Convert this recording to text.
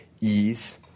ease